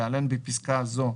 (להלן בפסקה זו,